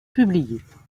publiés